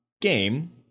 game